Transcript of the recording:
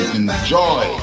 enjoy